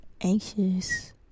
anxious